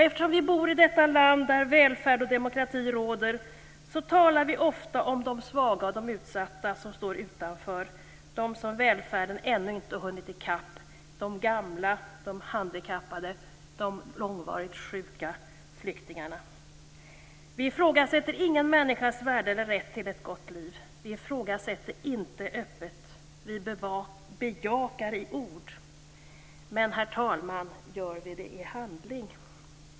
Eftersom vi bor i detta land där välfärd och demokrati råder, så talar vi ofta om de svaga och de utsatta som står utanför - de som välfärden ännu inte hunnit ikapp, de gamla, de handikappade, de långvarigt sjuka, flyktingarna. Vi ifrågasätter ingen människas värde eller rätt till ett gott liv. Vi ifrågasätter inte öppet. Vi bejakar i ord." Herr talman! Gör vi det i handling?